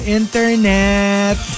internet